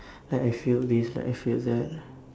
like I fail this like I fail that